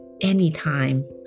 anytime